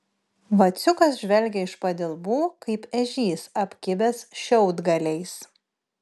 vaciukas žvelgė iš padilbų kaip ežys apkibęs šiaudgaliais